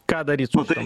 ką daryt sutariam